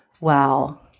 wow